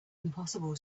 impossible